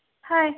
hi